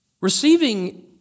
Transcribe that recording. Receiving